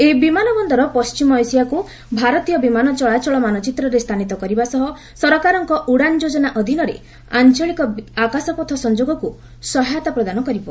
ଏହି ବିମାନ ବନ୍ଦର ପଣ୍ଟିମ ଏସିଆକ୍ ଭାରତୀୟ ବିମାନ ଚଳାଚଳ ମାନଚିତ୍ରରେ ସ୍ଥାନିତ କରିବା ସହ ସରକାରଙ୍କ ଉଡ଼ାନ୍ ଯୋଜନା ଅଧୀନରେ ଆଞ୍ଚଳିକ ଆକାଶପଥ ସଂଯୋଗକୁ ସହାୟତା ପ୍ରଦାନ କରିବ